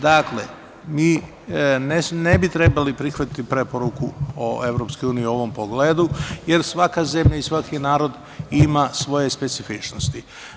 Dakle, mi ne bi trebali prihvatiti preporuku o EU u ovom pogledu, jer svaka zemlja i svaki narod ima svoje specifičnosti.